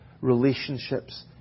relationships